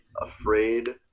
afraid